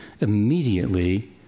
immediately